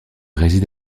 réside